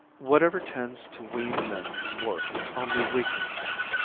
whatever tends to wean men from work only weakens them.